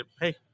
hey